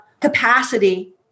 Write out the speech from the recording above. capacity